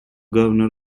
governor